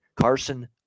Carson